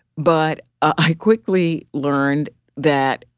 but i quickly learned that,